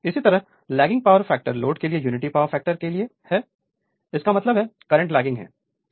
Refer Slide Time 2857 इसी तरह lagging power factor load के लिए यूनिटी पावर फैक्टर के लिए है इसका मतलब है करंट लैगिंग है